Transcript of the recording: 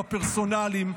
הפרסונליים,